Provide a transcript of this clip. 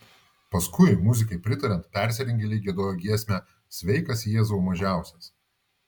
paskui muzikai pritariant persirengėliai giedojo giesmę sveikas jėzau mažiausias